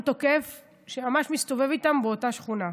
תוקף שממש מסתובב איתן באותה שכונה.